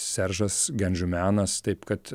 seržas gandžumianas taip kad